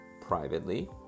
privately